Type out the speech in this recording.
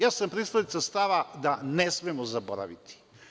Ja sam pristalica stava da ne smemo zaboraviti.